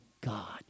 God